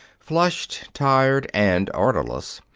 flushed, tired, and orderless.